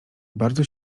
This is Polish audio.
bardzo